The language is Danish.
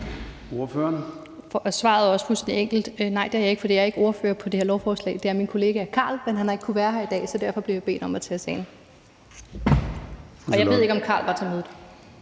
Svaret er også fuldstændig enkelt: Nej, det var jeg ikke, for jeg står ikke på som ordfører i det her lovforslag. Det er min kollega, Carl Valentin, men han har ikke kunnet være her i dag, så derfor blev jeg bedt om at tage sagen. Og jeg ved ikke, om Carl Valentin var til mødet.